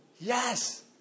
Yes